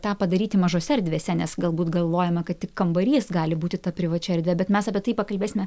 tą padaryti mažose erdvėse nes galbūt galvojame kad tik kambarys gali būti ta privačia erdve bet mes apie tai pakalbėsime